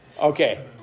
Okay